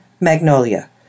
Magnolia